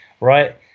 right